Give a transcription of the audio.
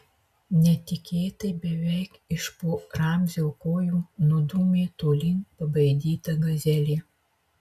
netikėtai beveik iš po ramzio kojų nudūmė tolyn pabaidyta gazelė